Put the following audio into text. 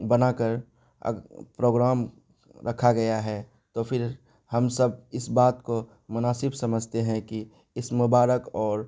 بنا کر پروگرام رکھا گیا ہے تو پھر ہم سب اس بات کو مناسب سمجھتے ہیں کہ اس مبارک اور